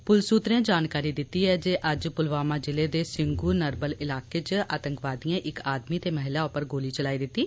पुलस सूत्रें जानकारी दित्ती ऐ जे अज्ज पुलवामा जिले दे सिंगू नर्बल इलाके च आतंकवादिएं इक आदमी ते महिला उप्पर गोली चलाई दित्ती